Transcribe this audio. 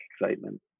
excitement